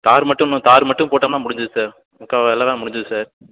தார் மட்டும் இன்னும் தார் மட்டும் போட்டமுனால் முடிஞ்சுது சார் மொத்தம் எல்லாமே முடிஞ்சுது சார்